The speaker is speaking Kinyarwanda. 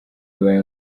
bibaye